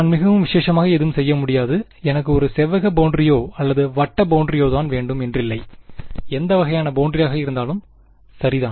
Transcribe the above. நான் மிகவும் விசேஷமாக எதுவும் செய்ய முடியாது எனக்கு ஒரு செவ்வக பௌண்டரியோ அல்லது வட்ட பௌண்டரியோதான் வேண்டும் என்றில்லை எந்த வகையான பௌண்டரியாக இருந்தாலும் சரிதான்